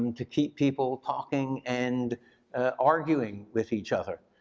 to keep people talking and arguing with each other.